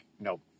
nope